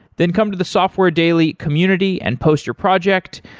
then come to the software daily community and post your project.